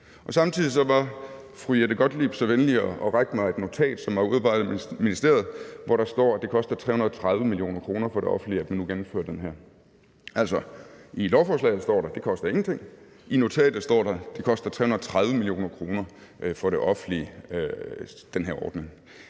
samtidig var fru Jette Gottlieb så venlig at række mig et notat, som er udarbejdet af ministeriet, hvor der står, at det koster 330 mio. kr. for det offentlige, at man nu gennemfører det her. Altså, i lovforslaget står der, at det ingenting koster, og i notatet står der, at det koster 330 mio. kr. for det offentlige med den her ordning.